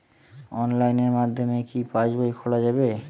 অনলাইনের মাধ্যমে কি পাসবই খোলা যাবে?